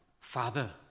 Father